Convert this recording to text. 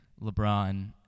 LeBron